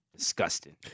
Disgusting